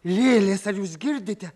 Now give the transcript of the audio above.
lėlės ar jūs girdite